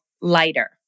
lighter